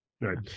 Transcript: Right